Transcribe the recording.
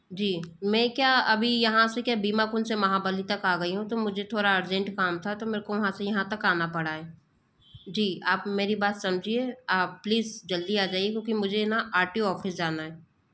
जी मैं क्या अभी यहाँ से क्या बीमा कुंज से महाबली तक आ गई हूँ तो मुझे थोड़ा अर्जेन्ट काम था तो मेरे को वहाँ से यहाँ तक आना पड़ा है जी आप मेरी बात समझिए आप प्लीस जल्दी आ जाइए क्योंकि मुझे ना आर टी ओ ऑफिस जाना है